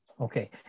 Okay